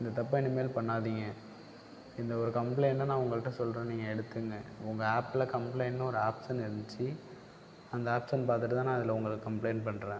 இந்த தப்பை இனிமேல் பண்ணாதீங்க இந்த ஒரு கம்ப்ளைண்ட்டை நான் உங்கள்கிட்ட சொல்கிறேன் நீங்கள் எடுத்துகுங்க உங்கள் ஆப்பில் கம்ப்ளைண்ட்ன்னு ஒரு ஆப்ஷன் இருந்துச்சு அந்த ஆப்ஷன் பார்த்துட்டு தான் நான் இதில் உங்களுக்கு கம்ப்ளைண்ட் பண்ணுறேன்